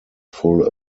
full